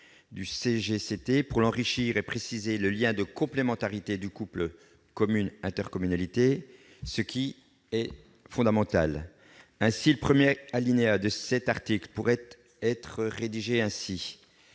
du CGCT, pour l'enrichir et préciser le lien de complémentarité du couple communes-intercommunalité, ce qui est fondamental. Ainsi, le premier alinéa de cet article pourrait être rédigé ainsi